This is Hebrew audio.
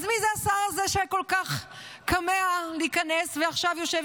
אז מי זה השר הזה שכל כך כמה להיכנס ועכשיו יושב